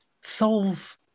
solve